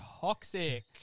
Toxic